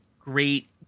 great